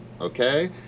okay